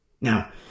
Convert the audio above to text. Now